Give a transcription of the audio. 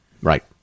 Right